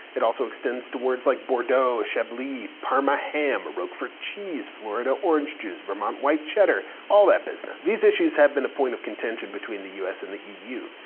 it also extends to words like bordeaux, chablis, parma ham, roquefort cheese, florida orange juice, vermont white cheddar, all that business. these issues have been a point of contention between the us and the eu.